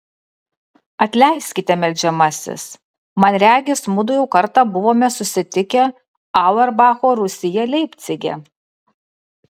atleiskite meldžiamasis man regis mudu jau kartą buvome susitikę auerbacho rūsyje leipcige